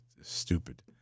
stupid